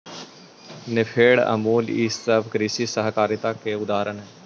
नेफेड, अमूल ई सब कृषि सहकारिता के उदाहरण हई